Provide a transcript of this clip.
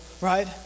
right